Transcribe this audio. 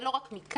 ולא רק מכאן,